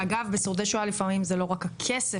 ואגב בשורדי שואה לפעמים זה לא רק הכסף,